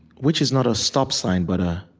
which is not a stop sign, but a